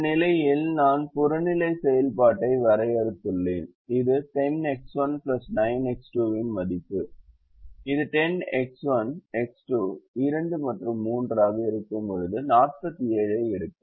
இந்த நிலையில் நான் புறநிலை செயல்பாட்டை வரையறுத்துள்ளேன் இது 10X1 9X2 இன் மதிப்பு இது X1 X2 2 மற்றும் 3 ஆக இருக்கும்போது 47 ஐ எடுக்கும்